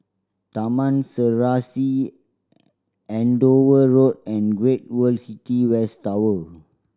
Taman Serasi Andover Road and Great World City West Tower